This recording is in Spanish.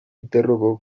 interrogó